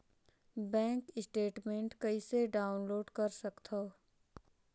Bank statement कइसे download कर सकथव?